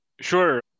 Sure